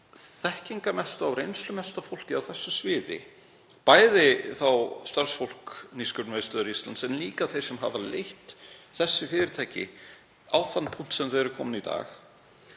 þekkingarmesta og reynslumesta fólkið á þessu sviði, bæði starfsfólk Nýsköpunarmiðstöðvar Íslands og þá sem hafa leitt þessi fyrirtæki á þann punkt sem þau eru komin í dag,